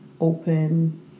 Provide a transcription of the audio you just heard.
open